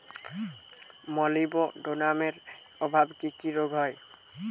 মলিবডোনামের অভাবে কি কি রোগ হয়?